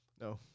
No